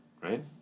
right